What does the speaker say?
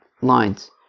lines